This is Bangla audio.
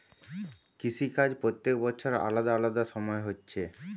কৃষি কাজ প্রত্যেক বছর আলাদা আলাদা সময় হচ্ছে